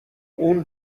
اون